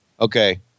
Okay